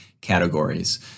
categories